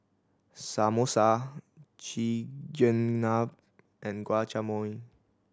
Samosa Chigenabe and Guacamole